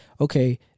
okay